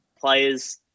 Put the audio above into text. players